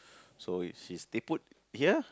so it's he stay put here